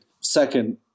Second